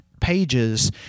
pages